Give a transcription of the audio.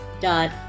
dot